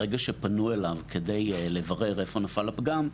ברגע שפנו אליו כדי לברר איפה נפל הפגם,